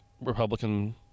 Republican